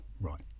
Right